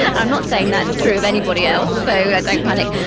i'm not saying that's true of anybody else so don't panic.